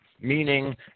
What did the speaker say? meaning